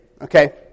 okay